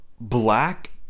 black